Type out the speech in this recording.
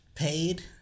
Paid